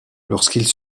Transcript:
lorsqu’ils